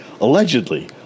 Allegedly